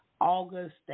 August